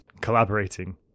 Collaborating